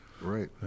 Right